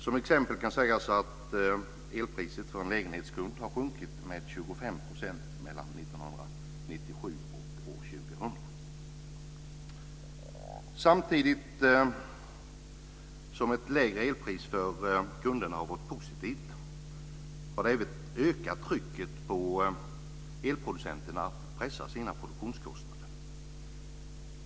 Som exempel kan nämnas att elpriset för en lägenhetskund har sjunkit med 25 % mellan 1997 och Samtidigt som ett lägre elpris för kunderna har varit positivt har det även ökat trycket på elproducenterna att pressa sina produktionskostnader.